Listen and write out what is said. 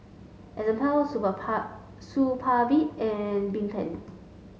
Enzyplex Supravit and Bedpans